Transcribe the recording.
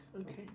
okay